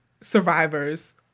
survivors